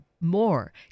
more